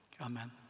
Amen